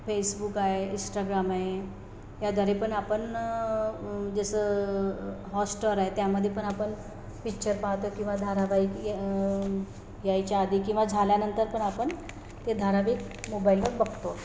Facebook आहे Instagram आहे याद्वारे पण आपण जसं हॉस्टार आहे त्यामध्ये पण आपण पिच्चर पाहतो किंवा धारावाहिक य यायच्या आधी किंवा झाल्यानंतर पण आपण ते धारावाहिक मोबाईलवर बघतो